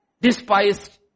despised